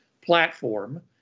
platform